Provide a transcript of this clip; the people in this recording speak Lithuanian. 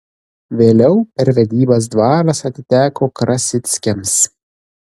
vėliau per vedybas dvaras atiteko krasickiams